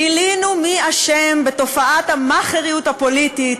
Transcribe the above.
גילינו מי אשם בתופעת ה"מאכעריות" הפוליטית,